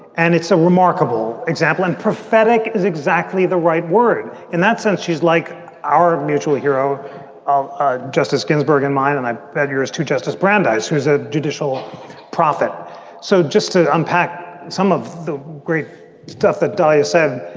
and it's a remarkable example. and prophetic is exactly the right word in that sense. she's like our mutual hero of ah justice ginsburg and mine. and i read yours to justice brandeis, who's a judicial prophet so just to unpack some of the great stuff that diane said,